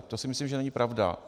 To si myslím, že není pravda.